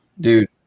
Dude